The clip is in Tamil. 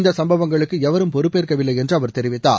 இந்த சம்பவங்களுக்கு எவரும் பொறுப்பேற்கவில்லை என்று அவர் தெரிவித்தார்